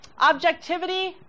Objectivity